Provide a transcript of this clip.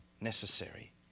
necessary